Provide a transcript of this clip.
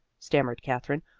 stammered katherine.